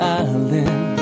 island